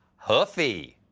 huffy.